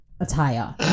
attire